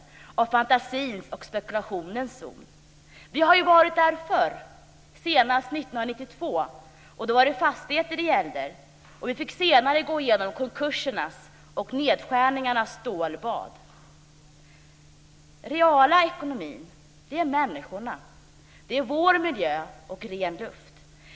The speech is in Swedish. Det är en fantasins och spekulationens zon. Vi har ju varit där förr - senast 1992. Då var det fastigheter det gällde. Vi fick senare gå igenom konkursernas och nedskärningarnas stålbad. Den reala ekonomin är människorna. Det är vår miljö och ren luft.